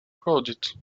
crowded